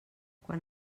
quan